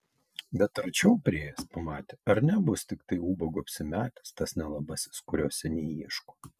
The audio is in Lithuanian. bet arčiau priėjęs pamatė ar nebus tiktai ubagu apsimetęs tas nelabasis kurio seniai ieško